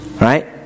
Right